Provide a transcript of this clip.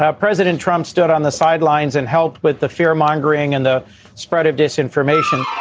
ah president trump stood on the sidelines and helped with the fear mongering and the spread of disinformation